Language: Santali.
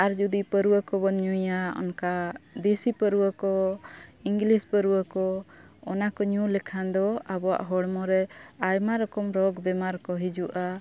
ᱟᱨ ᱡᱩᱫᱤ ᱯᱟᱹᱣᱨᱟᱹ ᱠᱚᱵᱚᱱ ᱧᱩᱭᱟ ᱚᱱᱠᱟ ᱫᱮᱥᱤ ᱯᱟᱹᱣᱨᱟᱹ ᱠᱚ ᱤᱝᱞᱤᱥ ᱯᱟᱹᱨᱣᱟᱹ ᱠᱚ ᱚᱱᱟ ᱠᱚ ᱧᱩ ᱞᱮᱠᱷᱟᱱ ᱫᱚ ᱟᱵᱚᱣᱟᱜ ᱦᱚᱲᱢᱚ ᱨᱮ ᱟᱭᱢᱟ ᱨᱚᱠᱚᱢ ᱨᱳᱜᱽ ᱵᱮᱢᱟᱨ ᱠᱚ ᱦᱤᱡᱩᱜᱼᱟ